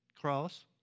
cross